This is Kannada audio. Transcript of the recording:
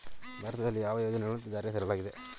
ಭಾರತದಲ್ಲಿ ಯಾವ ಯೋಜನೆಗಳನ್ನು ಜಾರಿಗೆ ತರಲಾಗಿದೆ?